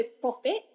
profit